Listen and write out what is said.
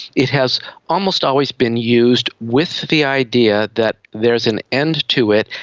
it has almost always been used with the idea that there is an end to it,